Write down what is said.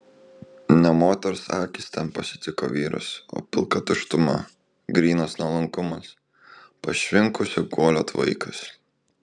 ne moters akys ten pasitiko vyrus o pilka tuštuma grynas nuolankumas pašvinkusio guolio tvaikas